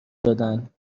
دادند